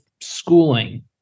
schooling